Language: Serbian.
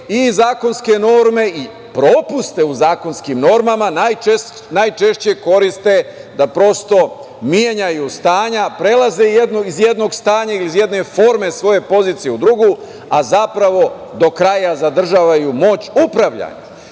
i zakonske norme i propuste u zakonskim normama najčešće koriste da prosto menjaju stanja, prelaze iz jednog stanja ili iz jedne forme svoje pozicije u drugu, a zapravo do kraja zadržavaju moć upravljanja